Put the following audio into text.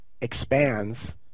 expands